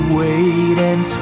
waiting